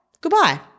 goodbye